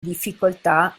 difficoltà